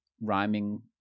rhyming